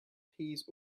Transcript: peas